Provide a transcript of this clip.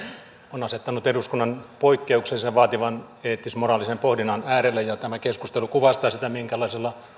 on asettanut eduskunnan poikkeuksellisen vaativan eettis moraalisen pohdinnan äärelle ja tämä keskustelu kuvastaa sitä minkälaisella